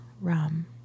Rum